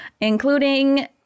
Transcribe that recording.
Including